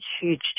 huge